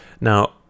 now